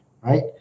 right